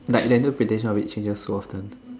like the interpretation of it changes so often